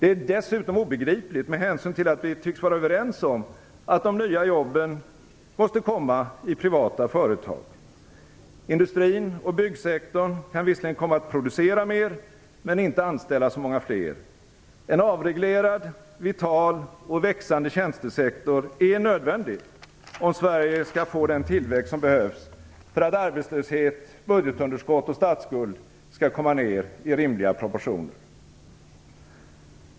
Det är dessutom obegripligt med hänsyn till att vi tycks vara överens om att de nya jobben måste komma i privata företag. Industrin och byggsektorn kan visserligen komma att producera mer men inte anställa så många fler.